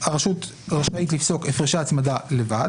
הרשות רשאית לפסוק הפרשי הצמדה לבד,